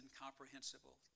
incomprehensible